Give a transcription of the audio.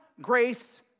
grace